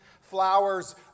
Flowers